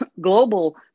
global